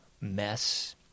mess